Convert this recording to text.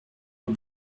aux